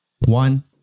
one